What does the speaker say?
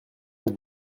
êtes